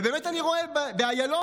ובאמת אני רואה באיילון,